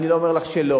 אני לא אומר לך שלא.